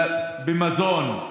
במזון,